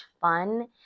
fun